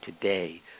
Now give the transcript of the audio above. today